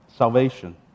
salvation